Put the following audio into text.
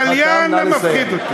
תליין, מפחיד אותי.